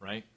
right